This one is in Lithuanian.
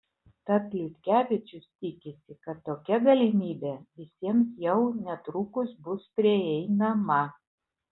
tad liutkevičius tikisi kad tokia galimybė visiems jau netrukus bus prieinama